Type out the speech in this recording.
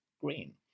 green